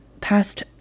past